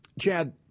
Chad